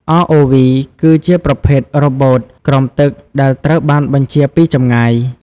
ROV គឺជាប្រភេទរ៉ូបូតក្រោមទឹកដែលត្រូវបានបញ្ជាពីចម្ងាយ។